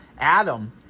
Adam